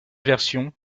versions